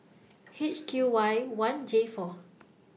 H Q Y one J four